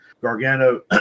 Gargano